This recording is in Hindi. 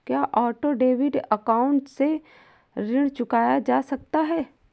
क्या ऑटो डेबिट अकाउंट से ऋण चुकाया जा सकता है?